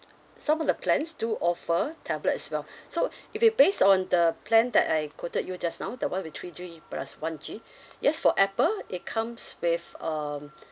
some of the plans do offer tablet as well so if you based on the plan that I quoted you just now the one with three G plus one G yes for apple it comes with um